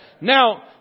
Now